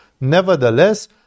nevertheless